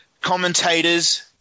commentators